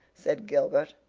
said gilbert.